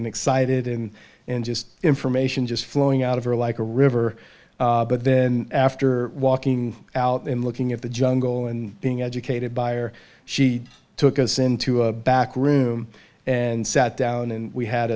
and excited and and just information just flowing out of her like a river but then after walking out and looking at the jungle and being educated buyer she took us into a back room and sat down and we had